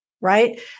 Right